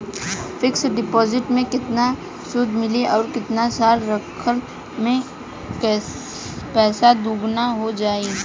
Fix deposit मे केतना सूद मिली आउर केतना साल रखला मे पैसा दोगुना हो जायी?